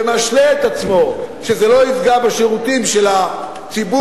ומשלה את עצמו שזה לא יפגע בשירותים לציבור,